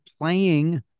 playing